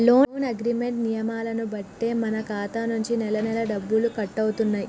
loan agreement నియమాలను బట్టే మన ఖాతా నుంచి నెలనెలా డబ్బులు కట్టవుతాయి